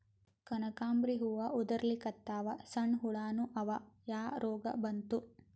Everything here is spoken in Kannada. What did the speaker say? ಕನಕಾಂಬ್ರಿ ಹೂ ಉದ್ರಲಿಕತ್ತಾವ, ಸಣ್ಣ ಹುಳಾನೂ ಅವಾ, ಯಾ ರೋಗಾ ಬಂತು?